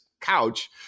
couch